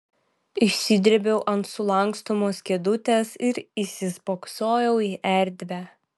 išsidrėbiau ant sulankstomos kėdutės ir įsispoksojau į erdvę